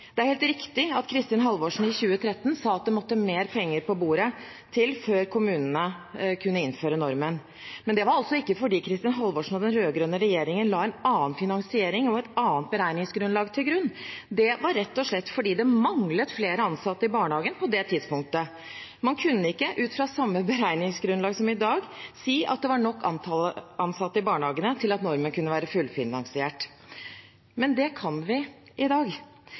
Det er helt riktig at Kristin Halvorsen i 2013 sa at det måtte mer penger på bordet før kommunene kunne innføre normen. Men det var altså ikke fordi Kristin Halvorsen og den rød-grønne regjeringen la en annen finansiering og et annet beregningsgrunnlag til grunn. Det var rett og slett fordi det manglet flere ansatte i barnehagene på det tidspunktet. Man kunne ikke – ut fra samme beregningsgrunnlag som i dag – si at det var nok ansatte i barnehagene til at normen kunne være fullfinansiert. Men det kan vi i dag.